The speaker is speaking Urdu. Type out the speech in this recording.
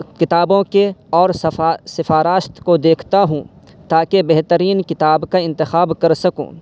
کتابوں کے اور سفارشات کو دیکھتا ہوں تاکہ بہترین کتاب کا انتخاب کر سکوں